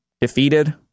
defeated